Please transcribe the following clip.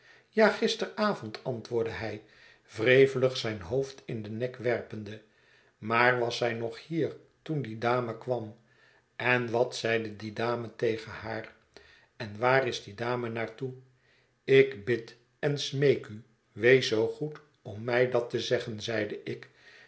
ja gisteravond antwoordde hij wrevelig zijn hoofd in den nek werpende maar was zij nog hier ten die dame kwam en wat zeide die dame tegen haar en waar is die dame naar toe ik bid en smeek u wees zoo goed om mij dat te zeggen zeide ik